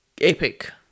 epic